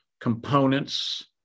components